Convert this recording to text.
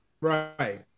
Right